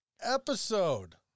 episode